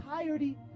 entirety